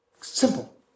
Simple